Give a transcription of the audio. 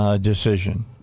decision